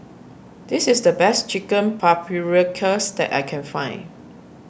this is the best Chicken Paprikas that I can find